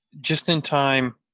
just-in-time